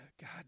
god